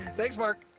thanks mark.